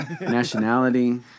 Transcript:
nationality